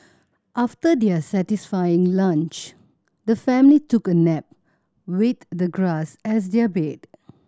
after their satisfying lunch the family took a nap with the grass as their bed